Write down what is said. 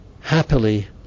happily